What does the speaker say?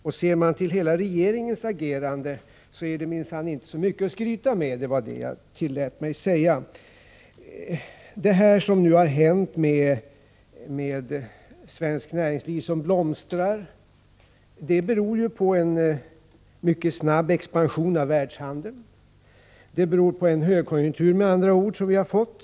Och ser man till hela regeringens agerande så är det minsann inte så mycket att skryta med — det var vad jag tillät mig att säga. Detta som nu har hänt med svenskt näringsliv — som blomstrar — beror ju på en mycket snabb expansion av världshandeln. Det beror med andra ord på den högkonjunktur som vi har fått.